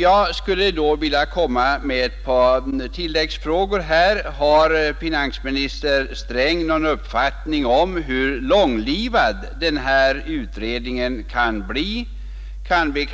Jag skulle då vilja ställa några tilläggsfrågor: Har finansminister Sträng någon uppfattning om hur långlivad utredningen kan bli? Kan vi